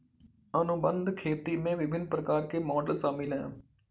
अनुबंध खेती में विभिन्न प्रकार के मॉडल शामिल हैं